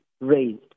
raised